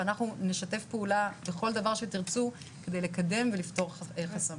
ואנחנו נשתף פעולה בכל דבר שתרצו כדי לקדם ולפתור חסמים.